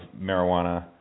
marijuana